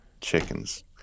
chickens